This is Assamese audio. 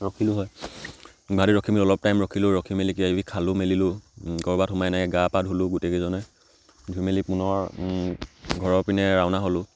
ৰখিলোঁ হয় গুৱাহাটীত ৰখি মেলি অলপ টাইম ৰখিলোঁ ৰখি মেলি কিবা কিবি খালোঁ মেলিলোঁ ক'ৰবাত সোমাই এনে গা পা ধুলোঁ গোটেইকেইজনে ধুই মেলি পুনৰ ঘৰৰ পিনে ৰাওনা হ'লোঁ